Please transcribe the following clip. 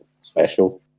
special